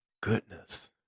goodness